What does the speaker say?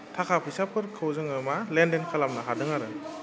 थाखा फैसाफोरखौ जोङो मा लेनदेन खालामनो हादों आरो